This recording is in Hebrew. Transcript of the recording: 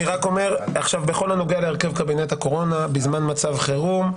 אני רק אומר עכשיו בכל הנוגע להרכב קבינט הקורונה בזמן מצב חירום,